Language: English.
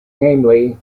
namely